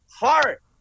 heart